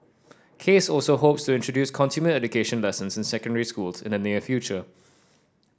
case also hopes to introduce consumer education lessons in secondary schools in the near future